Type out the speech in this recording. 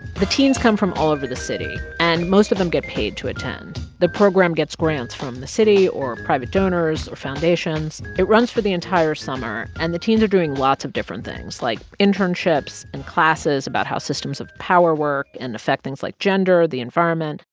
the teens come from all over the city, and most of them get paid to attend. the program gets grants from the city or private donors or foundations. it runs for the entire summer and the teens are doing lots of different things, like internships and classes about how systems of power work and affect things like gender, the environment.